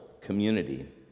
community